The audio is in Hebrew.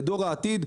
לדור העתיד,